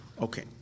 Okay